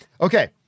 Okay